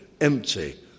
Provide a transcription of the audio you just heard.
empty